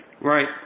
Right